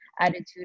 attitude